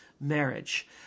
marriage